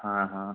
हाँ हाँ